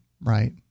right